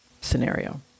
scenario